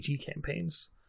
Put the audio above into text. campaigns